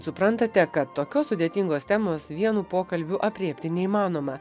suprantate kad tokios sudėtingos temos vienu pokalbiu aprėpti neįmanoma